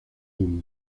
humo